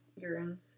urine